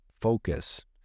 focus